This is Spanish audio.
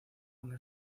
una